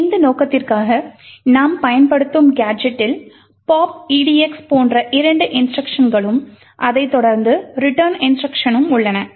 இந்த நோக்கத்திற்காக நாம் பயன்படுத்தும் கேஜெட்டில் pop edx போன்ற இரண்டு இன்ஸ்ட்ருக்ஷன்களும் அதை தொடர்ந்து return இன்ஸ்ட்ருக்ஷனும் உள்ளன